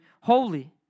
holy